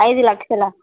ఐదు లక్షలా